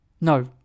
No